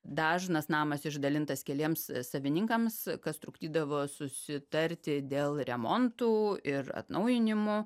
dažnas namas išdalintas keliems savininkams kas trukdydavo susitarti dėl remontų ir atnaujinimų